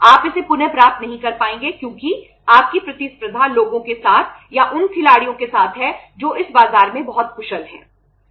आप इसे पुनः प्राप्त नहीं कर पाएंगे क्योंकि आपकी प्रतिस्पर्धा लोगों के साथ या उन खिलाड़ियों के साथ है जो इस बाजार में बहुत कुशल हैं